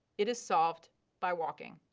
it is solved by walking.